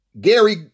Gary